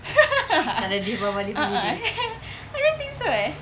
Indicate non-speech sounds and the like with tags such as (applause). (laughs) a'ah eh (laughs) I don't think so eh